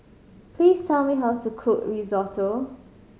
please tell me how to cook Risotto